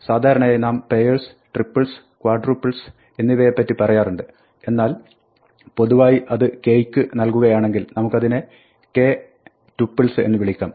സാധാരണയായി നാം pairs triples quadruples pairs triples quadruples എന്നിവയെപ്പറ്റി പറയാറുണ്ട് എന്നാൽ പൊതുവായി അത് k യ്ക്ക് നൽകുകയാണെങ്കിൽ നമുക്കതിനെ k ടുപ്പിൾസ് എന്ന് വിളിക്കാം